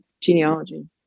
genealogy